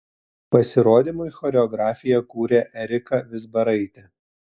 pasirodymui choreografiją kūrė erika vizbaraitė